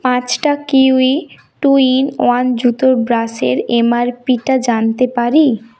পাঁচটা kiwi two in one জুতোর ব্রাশের এমআরপিটা জানতে পারি